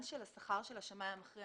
עניין השכר של השמאי המכריע.